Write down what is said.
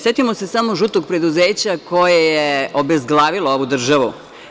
Setimo se samo žutog preduzeća koje je obezglavilo ovu državu.